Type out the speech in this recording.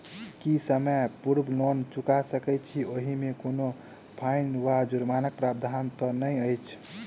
की समय पूर्व लोन चुका सकैत छी ओहिमे कोनो फाईन वा जुर्मानाक प्रावधान तऽ नहि अछि?